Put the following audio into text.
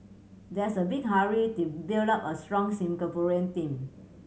there's a big hurry to build up a strong Singaporean team